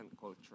culture